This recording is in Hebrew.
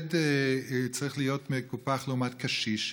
שילד צריך להיות מקופח לעומת קשיש?